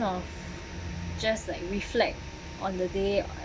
of just like reflect on the day